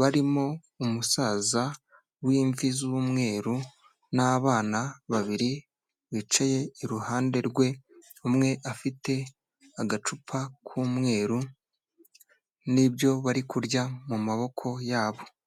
barimo umusaza w'imvi z'umweru n'abana babiri bicaye iruhande rwe, umwe afite agacupa k'umweru n'ibyo bari kurya mu maboko yabo.